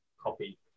copy